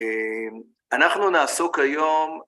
אנחנו נעסוק היום...